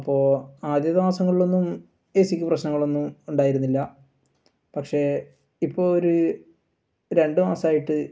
അപ്പോൾ ആദ്യത്തെ മാസങ്ങളിലൊന്നും എ സി ക്ക് പ്രശ്നങ്ങളൊന്നും ഉണ്ടായിരുന്നില്ല പക്ഷേ ഇപ്പോൾ ഒരു രണ്ട് മാസമായിട്ട്